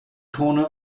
corner